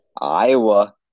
Iowa